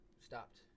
stopped